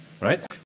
right